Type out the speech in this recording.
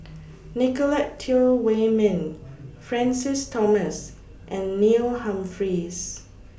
Nicolette Teo Wei Min Francis Thomas and Neil Humphreys